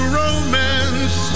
romance